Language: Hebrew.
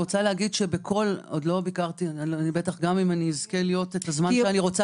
גם אם אני אזכה להיות את הזמן שאני רוצה